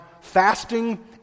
fasting